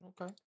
Okay